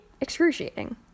excruciating